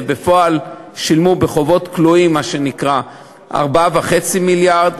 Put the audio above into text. ובפועל שילמו במה שנקרא חובות כלואים 4.5 מיליארד,